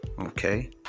Okay